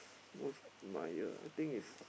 most admire I think is